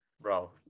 Bro